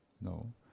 No